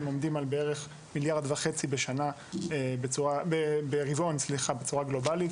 עומדים על 1.5 ברבעון בצורה גלובלית.